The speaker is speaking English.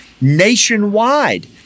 nationwide